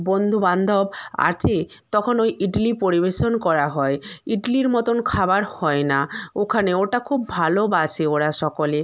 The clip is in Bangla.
বন্ধু বান্ধব আসে তখন ওই ইডলি পরিবেশন করা হয় ইডলির মতন খাবার হয় না ওখানে ওটা খুব ভালোবাসে ওরা সকলে